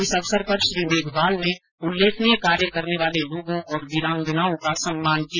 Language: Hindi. इस अवसर पर श्री मेघवाल ने उल्लेखनीय कार्य करने वाले लोगों और वीरांगनाओं का सम्मान किया